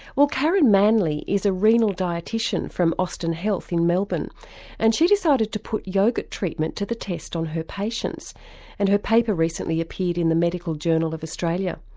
well karen manley is a renal dietitian from austin health in melbourne and she decided to put yoghurt treatment to the test on her patients and her paper recently appeared in the medical journal of australia.